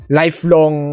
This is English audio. lifelong